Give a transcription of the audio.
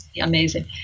amazing